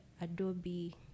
Adobe